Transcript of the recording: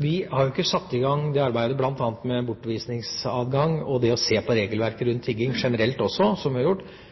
Vi har ikke satt i gang det arbeidet bl.a. med bortvisningsadgang og det å se på regelverket rundt tigging generelt som vi har gjort,